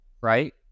Right